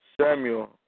Samuel